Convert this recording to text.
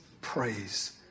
Praise